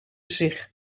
zich